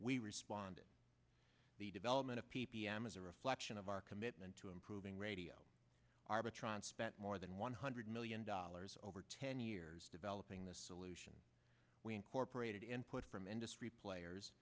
we responded the development of p p m as a reflection of our commitment to improving radio arbitron spent more than one hundred million dollars over ten years developing the solution we incorporated input from industry players